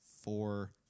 four